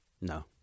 no